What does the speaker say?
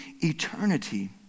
eternity